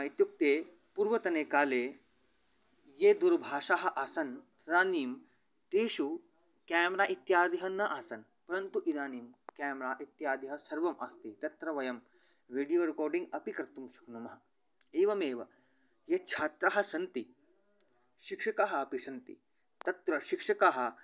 इत्युक्ते पूर्वतने काले याः दूरभाषाः आसन् तदानीं तेषु केमरा इत्यादिकं न आसन् परन्तु इदानीं केमरा इत्यादि सर्वम् अस्ति तत्र वयं विडियो रेकार्डिङ्ग् अपि कर्तुं शक्नुमः एवमेव ये छात्राः सन्ति शिक्षकाः अपि सन्ति तत्र शिक्षकाः